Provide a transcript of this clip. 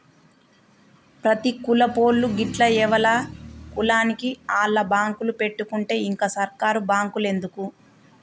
ప్రతి కులపోళ్లూ గిట్ల ఎవల కులానికి ఆళ్ల బాంకులు పెట్టుకుంటే ఇంక సర్కారు బాంకులెందుకు